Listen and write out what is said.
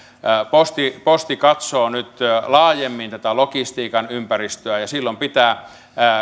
posti posti katsoo nyt laajemmin tätä logistiikan ympäristöä ja silloin pitää